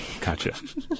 Gotcha